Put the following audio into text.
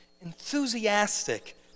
enthusiastic